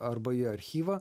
arba į archyvą